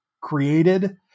created